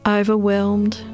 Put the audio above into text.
overwhelmed